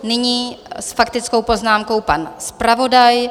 Nyní s faktickou poznámkou pan zpravodaj.